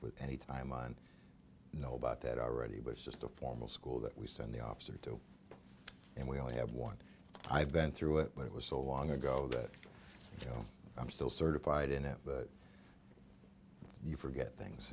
with any timeline know about that already but it's just a formal school that we send the officer to and we only have one i've been through it but it was so long ago that you know i'm still certified in it but you forget things